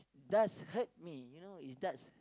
it does hurt me you know it does